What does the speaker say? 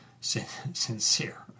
Sincere